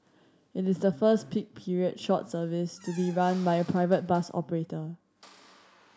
it is the first peak period short service to be run by a private bus operator